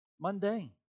mundane